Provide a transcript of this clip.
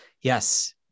Yes